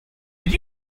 did